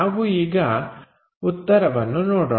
ನಾವು ಈಗ ಉತ್ತರವನ್ನು ನೋಡೋಣ